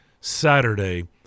Saturday